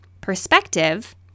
perspective